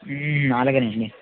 అలాగే అండి